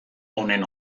honen